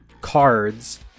cards